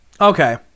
Okay